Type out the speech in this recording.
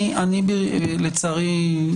לצערי,